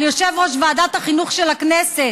על יושב-ראש ועדת החינוך של הכנסת: